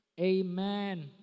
Amen